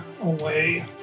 away